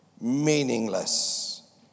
Meaningless